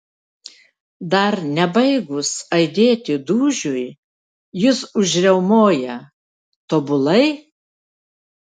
dar nebaigus aidėti dūžiui jis užriaumoja tobulai